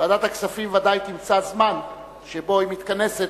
ועדת הכספים ודאי תמצא זמן שבו היא מתכנסת,